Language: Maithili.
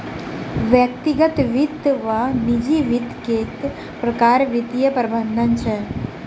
व्यक्तिगत वित्त वा निजी वित्त एक प्रकारक वित्तीय प्रबंधन अछि